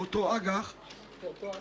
כץ היה עשוי לצמוח מהעניין הזה --- עשוי היה.